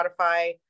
Spotify